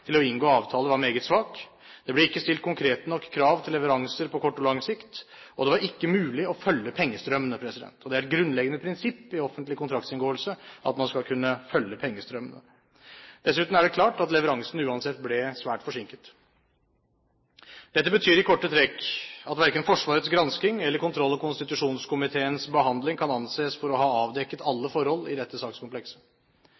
til å inngå avtale var meget svak. Det ble ikke stilt konkrete nok krav til leveranser på kort og lang sikt, og det var ikke mulig å følge pengestrømmene. Det er et grunnleggende prinsipp i offentlig kontraktsinngåelse at man skal kunne følge pengestrømmene. Dessuten er det klart at leveransen uansett ble svært forsinket. Dette betyr i korte trekk at verken Forsvarets gransking eller kontroll- og konstitusjonskomiteens behandling kan anses å ha avdekket